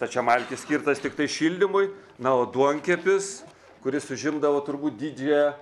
stačiamalkis skirtas tiktai šildymui na o duonkepis kuris užimdavo turbūt didžiąją